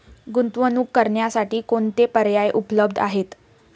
गुंतवणूक करण्यासाठी कोणते पर्याय उपलब्ध आहेत?